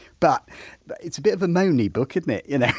but but it's a bit of a moany book, isn't it? you know